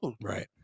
Right